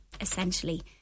essentially